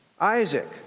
Isaac